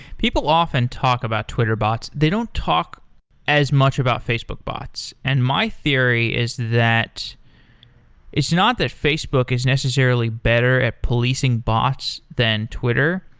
people often talk about twitter bots. they don't talk as much about facebook bots. and my theory is that it's not that facebook is necessarily better at policing bots than twitter.